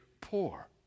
poor